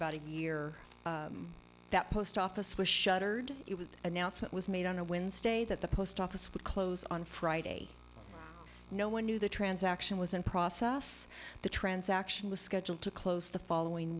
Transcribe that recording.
about a year that post office was shuttered it was announcement was made on a wednesday that the post office would close on friday no one knew the transaction was in process the transaction was scheduled to close the following